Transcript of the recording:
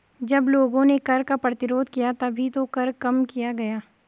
जब लोगों ने कर का प्रतिरोध किया तभी तो कर कम किया गया